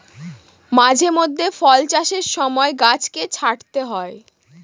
মাঝে মধ্যে ফল চাষের সময় গাছকে ছাঁটতে হয়